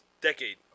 Decade